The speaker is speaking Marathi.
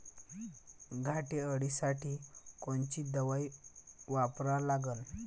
घाटे अळी साठी कोनची दवाई वापरा लागन?